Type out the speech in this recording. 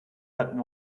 had